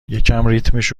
ریتمش